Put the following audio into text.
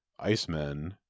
Icemen